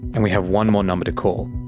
and we have one more number to call.